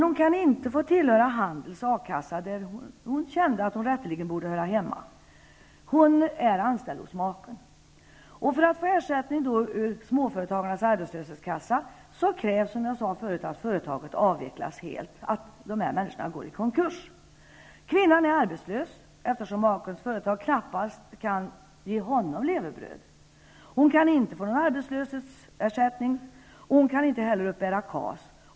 Hon kan inte tillhöra Handels a-kassa, där hon känner att hon rätteligen borde höra hemma. Hon är anställd hos maken. För att få ersättning ur Småföretagarnas arbetslöshetskassa krävs att företaget avvecklas helt, att det går i konkurs. Kvinnan är nu arbetslös, eftersom makens företag knappast kan ge honom levebröd. Hon kan inte få någon arbetslöshetsersättning och inte heller uppbära KAS.